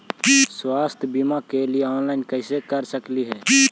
स्वास्थ्य बीमा के लिए ऑनलाइन कैसे कर सकली ही?